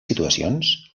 situacions